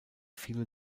viele